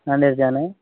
नांदेडचा ना